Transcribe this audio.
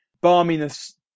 balminess